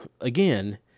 again